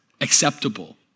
acceptable